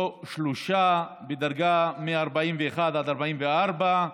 לא שלושה, בדרגה מ-41 עד 44,